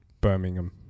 Birmingham